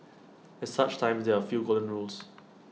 at such times there are A few golden rules